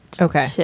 okay